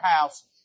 house